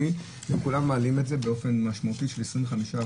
לכולם מעלים את המחיר באופן משמעותי ב-25%,